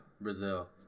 Brazil